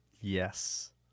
Yes